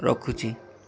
ରଖୁଛି